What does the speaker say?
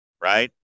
right